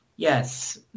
Yes